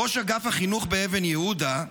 ראש אגף החינוך באבן יהודה,